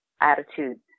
attitude